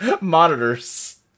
monitors